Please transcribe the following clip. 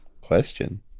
question